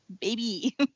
baby